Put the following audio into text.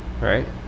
right